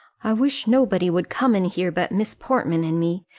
i wish nobody would come in here but miss portman and me.